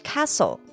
Castle